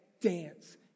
dance